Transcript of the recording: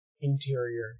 interior